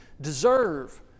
deserve